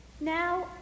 Now